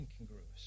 incongruous